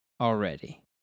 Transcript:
already